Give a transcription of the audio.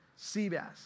Seabass